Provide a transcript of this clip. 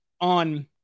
on